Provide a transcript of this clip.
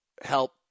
help